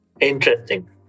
Interesting